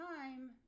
time